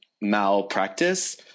Malpractice